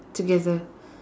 together